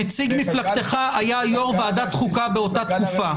נציג מפלגתך היה יו"ר ועדת חוקה באותה תקופה,